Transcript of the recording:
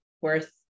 worth